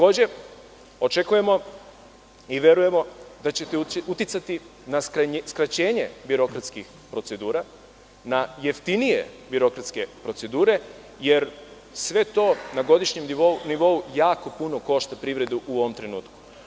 Očekujemo i verujemo da ćete uticati na skraćenje birokratskih procedura na jeftinije birokratske procedure, jer sve to na godišnjem nivou jako puno košta privredu u ovom trenutku.